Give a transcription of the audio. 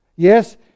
Yes